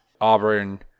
Auburn